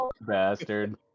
bastard